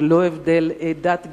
בלא הבדל דת,